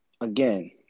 again